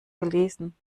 gelesen